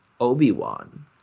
Obi-Wan